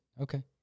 Okay